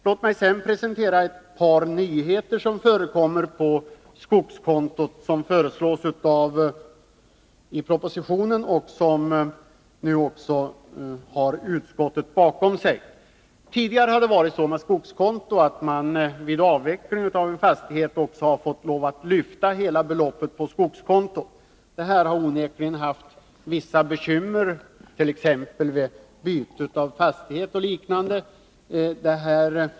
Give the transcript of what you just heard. Låt mig sedan presentera ett par nyheter när det gäller skogskonto, som föreslås i propositionen och som nu även utskottet har ställt sig bakom. Tidigare har man vid avveckling av en fastighet fått lov att lyfta hela beloppet på skogskontot. Det har onekligen vållat vissa bekymmer, t.ex. vid byte av fastighet och liknande.